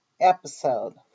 episode